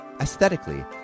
aesthetically